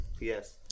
yes